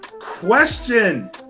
question